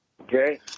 Okay